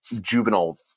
juvenile